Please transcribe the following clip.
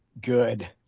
good